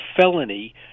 felony